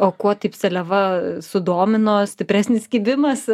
o kuo taip seliava sudomino stipresnis kibimas